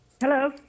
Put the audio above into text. Hello